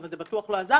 מה שכן, זה בטוח לא עזר.